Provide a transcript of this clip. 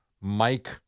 Mike